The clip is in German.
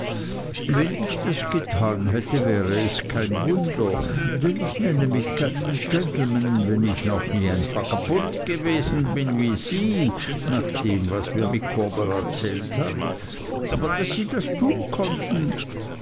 wenn ich das getan hätte wäre es kein wunder denn ich nenne mich keinen gentleman wenn ich auch nie ein vagabund gewesen bin wie sie nach dem was mir micawber erzählt hat aber daß sie das tun konnten